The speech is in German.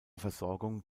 versorgung